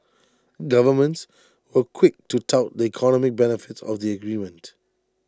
governments were quick to tout the economic benefits of the agreement